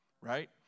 Right